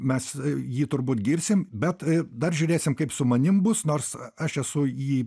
mes jį turbūt girsim bet dar žiūrėsim kaip su manim bus nors aš esu jį